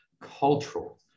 cultural